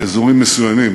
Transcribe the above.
אזורים מסוימים.